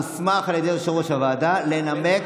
הוסמך על ידי יושב-ראש הוועדה לנמק,